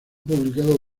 publicado